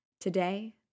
Today